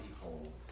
behold